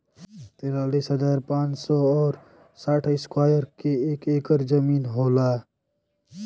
तिरालिस हजार पांच सौ और साठ इस्क्वायर के एक ऐकर जमीन होला